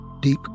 Deep